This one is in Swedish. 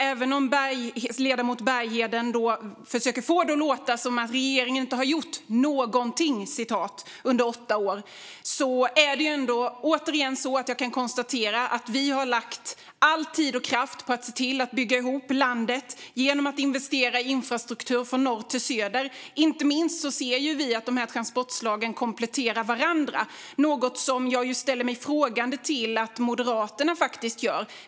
Även om ledamoten Bergheden försöker få det att låta som att regeringen inte har gjort någonting under åtta år är det återigen så att jag kan konstatera att vi har lagt all tid och kraft på att bygga ihop landet genom att investera i infrastruktur från norr till söder. Inte minst ser vi att de här transportslagen kompletterar varandra, vilket är något som jag ställer mig frågande till att Moderaterna faktiskt gör.